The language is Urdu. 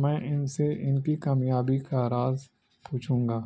میں ان سے ان کی کامیابی کا رض پوچھوں گا